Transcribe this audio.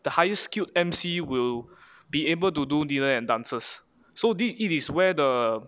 the highest skilled emcee will be able to do dinner and dancers so did it is where the